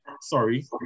sorry